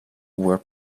were